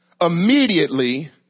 immediately